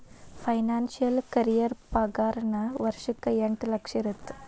financial career ಪಾಗಾರನ ವರ್ಷಕ್ಕ ಎಂಟ್ ಲಕ್ಷ ಇರತ್ತ